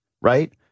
right